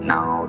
Now